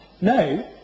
No